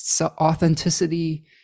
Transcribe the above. authenticity